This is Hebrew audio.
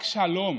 רק שלום